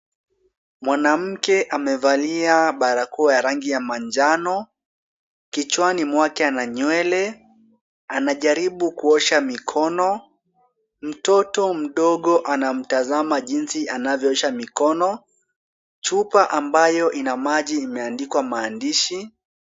Mwanamke amevalia barakoa ya rangi ya manjano, kichwani mwake ana nywele. Anajaribu kuosha mikono. Mtoto mdogo anamtazama jinsi anavyo osha mikono. Chupa ambayo ina maji imeandikwa maandishi.